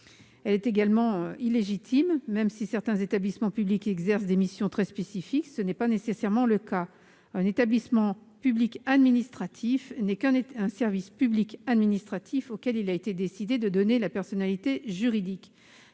Elle est en outre illégitime, car, même si certains établissements publics exercent des missions très spécifiques, ce n'est pas nécessairement le cas. Un établissement public administratif n'est qu'un service public administratif auquel il a été décidé de donner la personnalité juridique.